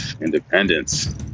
Independence